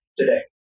today